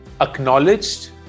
acknowledged